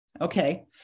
Okay